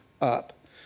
up